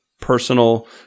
personal